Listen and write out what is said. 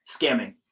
Scamming